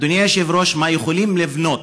אדוני היושב-ראש, מה יכולים לבנות?